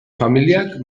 familiak